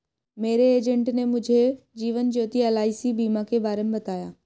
मेरे एजेंट ने मुझे जीवन ज्योति एल.आई.सी बीमा के बारे में बताया